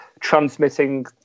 transmitting